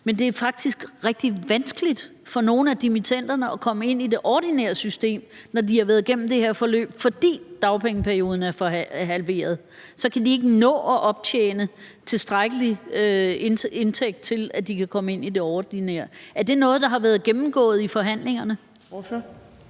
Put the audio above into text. men det er faktisk rigtig vanskeligt for nogle af dimittenderne at komme ind i det ordinære system, når de har været igennem det her forløb, fordi dagpengeperioden er halveret, og så kan de ikke nå at optjene tilstrækkelig indtægt til, at de kan komme ind i det ordinære. Er det noget, der har været gennemgået i forhandlingerne?